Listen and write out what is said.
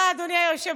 תודה, אדוני היושב-ראש.